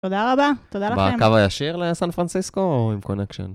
תודה רבה, תודה לכם. -בקו הישיר לסן פרנסיסקו, או עם קונקשן?